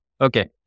Okay